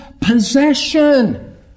possession